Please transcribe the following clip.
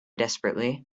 desperately